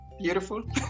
beautiful